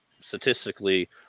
statistically